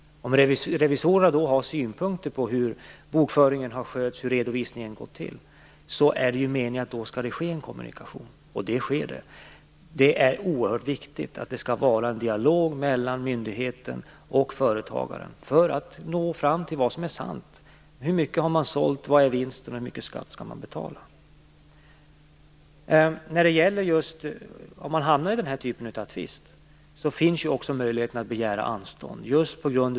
Om revisorerna då har synpunkter på hur bokföringen har skötts och hur redovisningen gått till är det meningen att det skall ske en kommunikation. Det sker. Det är oerhört viktigt att det är en dialog mellan myndigheten och företagaren, så att man når fram till vad som är sant. Hur mycket har sålts? Hur stor är vinsten? Hur mycket skatt skall betalas? Om man hamnar i denna typ av tvist finns också möjligheten att begära anstånd.